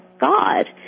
god